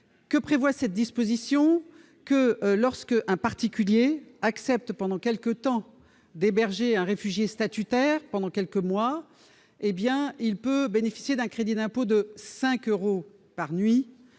Que prévoit cette disposition ? Lorsqu'un particulier accepte d'héberger un réfugié statutaire pendant quelques mois, il peut bénéficier d'un crédit d'impôt de 5 euros par nuit,